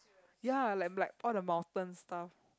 ya like like all the mountain stuff